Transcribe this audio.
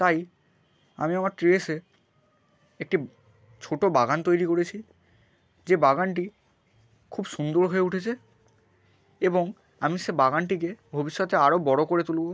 তাই আমি আমার টেরেসে একটি ছোট বাগান তৈরি করেছি যে বাগানটি খুব সুন্দর হয়ে উঠেছে এবং আমি সে বাগানটিকে ভবিষ্যতে আরও বড় করে তুলবো